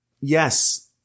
yes